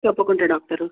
తప్పకుండా డాక్టరు